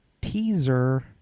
teaser